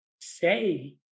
say